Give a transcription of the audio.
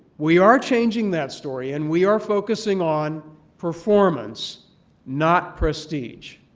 we are changing that story and we are focusing on performance not prestige.